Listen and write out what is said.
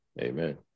amen